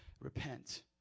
Repent